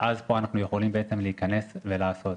אנחנו יכולים להיכנס ולעשות.